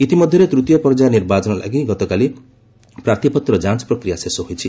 ଇତିମଧ୍ୟରେ ତୂତୀୟ ପର୍ଯ୍ୟାୟ ନିର୍ବାଚନ ଲାଗି ଗତକାଲି ପ୍ରାର୍ଥୀପତ୍ର ଯାଞ୍ଚ୍ ପ୍ରକ୍ରିୟା ଶେଷ ହୋଇଛି